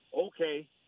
Okay